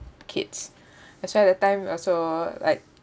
kids that's why that time also like